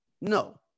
no